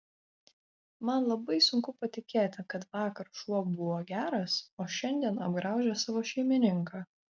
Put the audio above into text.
man labai sunku patikėti kad vakar šuo buvo geras o šiandien apgraužė savo šeimininką